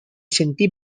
sentí